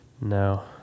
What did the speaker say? No